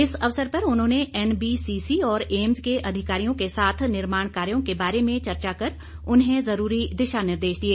इस अवसर पर उन्होंने एनबीसीसी और एम्स के अधिकारियों के साथ निर्माण कार्यों के बारे में चर्चा कर उन्हें जरूरी दिशा निर्देश दिए